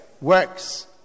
Works